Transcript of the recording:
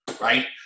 right